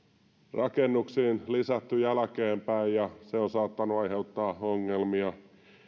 rakennuksiin lisätty jälkeenpäin ja se on saattanut aiheuttaa ongelmia täällä